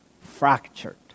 Fractured